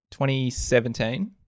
2017